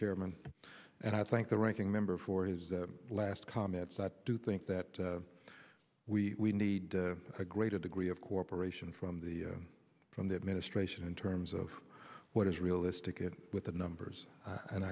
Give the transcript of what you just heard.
chairman and i thank the ranking member for his last comments i do think that we need a greater degree of cooperation from the from the administration in terms of what is realistic and with the numbers and